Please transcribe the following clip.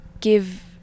give